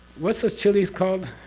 what's those chilies called?